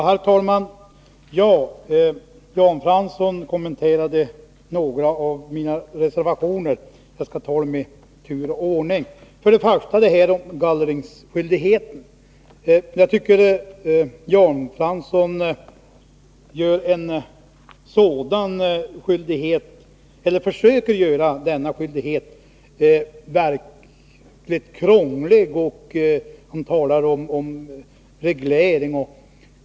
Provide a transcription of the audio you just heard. Herr talman! Jan Fransson kommenterade några av mina reservationer. Jag skall ta upp dem i tur och ordning. Jan Fransson försökte göra gallringsskyldigheten till något verkligt krångligt och talade om reglering.